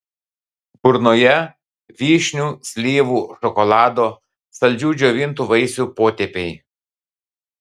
burnoje vyšnių slyvų šokolado saldžių džiovintų vaisių potėpiai